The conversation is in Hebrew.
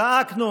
זעקנו,